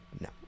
No